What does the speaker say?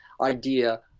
idea